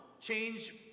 change